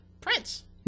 Prince